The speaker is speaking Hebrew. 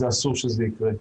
אסור שזה יקרה.